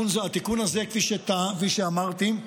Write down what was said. התיקון הזה, כפי שאמרתי,